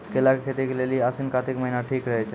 केला के खेती के लेली आसिन कातिक महीना ठीक रहै छै